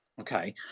Okay